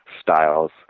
styles